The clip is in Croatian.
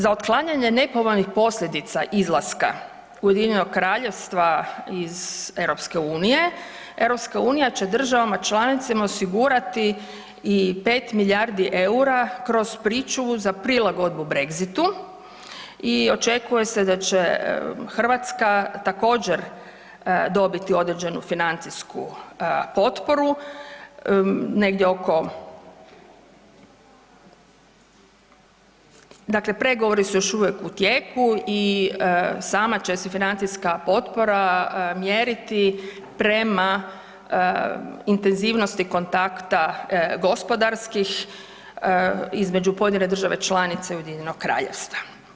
Za otklanjanje nepovoljnih posljedica izlaska UK-a iz EU, EU će državama članicama osigurati i 5 milijardi eura kroz pričuvu za prilagodbu Brexitu i očekuje se da će Hrvatska također, dobiti određenu financijsku potporu, negdje oko, dakle pregovori su još uvijek u tijeku i sama će se financijska potpora mjeriti prema intenzivnosti kontakta gospodarskih između pojedine države članice i UK-a.